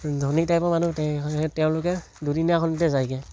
ধনী টাইপৰ মানুহ তেওঁলোকে দুদিনীয়াখনতে যায়গৈ